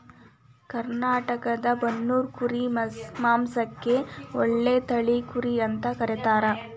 ಕರ್ನಾಟಕದ ಬನ್ನೂರು ಕುರಿ ಮಾಂಸಕ್ಕ ಒಳ್ಳೆ ತಳಿ ಕುರಿ ಅಂತ ಕರೇತಾರ